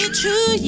true